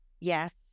yes